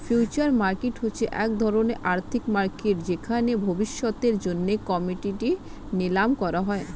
future market হচ্ছে এক ধরণের আর্থিক মার্কেট যেখানে ভবিষ্যতের জন্য কোমোডিটি নিলাম করা হয়